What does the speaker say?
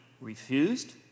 refused